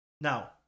now